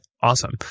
Awesome